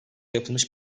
yapılmış